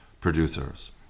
producers